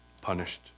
punished